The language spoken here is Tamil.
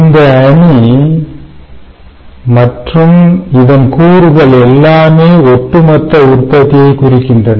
இந்த அணி மற்றும் இதன் கூறுகள் எல்லாமே ஒட்டுமொத்த உற்பத்தியை குறிக்கின்றன